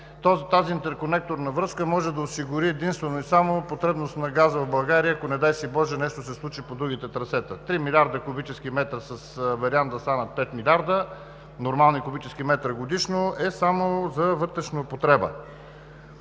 тази интерконекторна връзка може да осигури единствено и само потребност на газа в България, ако не дай си боже нещо се случи по другите трасета. Три милиарда кубически метра с вариант да станат 5 милиарда нормални кубически метра годишно е само за вътрешна употреба.